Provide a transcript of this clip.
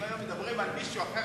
אם היו מדברים על מישהו אחר,